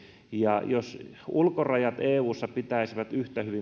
jos ulkorajat eussa pitäisivät yhtä hyvin kuin meillä